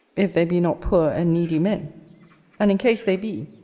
if they be not poor and needy men and in case they be,